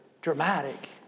dramatic